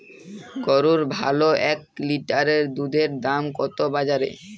গরুর ভালো এক লিটার দুধের দাম কত বাজারে?